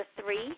three